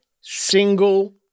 single